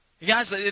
Guys